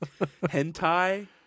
Hentai